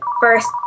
first